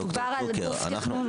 מדובר על גוף תכנון --- אנחנו,